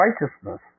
righteousness